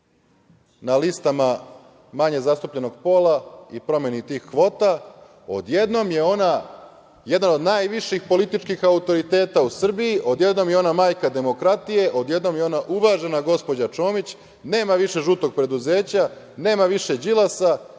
na listama manje zastupljenog pola i promeni tih kvota. Odjednom je ona jedan od najviših političkih autoriteta u Srbiji, odjednom je ona majka demokratije, odjednom je ona uvažena gospođa Čomić, nema više „žutog preduzeća“, nema više Đilasa,